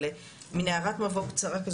הערת מבוא קצרה,